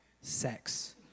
Sex